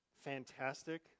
fantastic